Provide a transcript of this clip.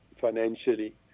financially